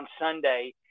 Sunday